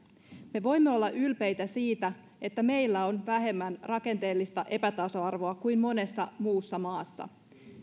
me voimme olla ylpeitä siitä että meillä on vähemmän rakenteellista epätasa arvoa kuin monessa muussa maassa